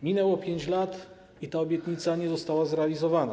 Minęło 5 lat i ta obietnica nie została zrealizowana.